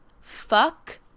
Fuck